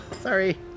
Sorry